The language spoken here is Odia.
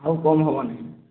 ଆଉ କମ୍ ହେବନି